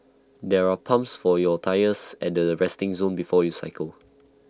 there are pumps for your tyres at the resting zone before you cycle